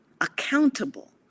accountable